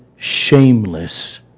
shameless